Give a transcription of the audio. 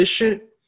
efficient